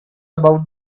about